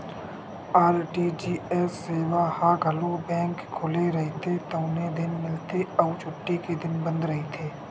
RTGS सेवा ह घलो बेंक खुले रहिथे तउने दिन मिलथे अउ छुट्टी के दिन बंद रहिथे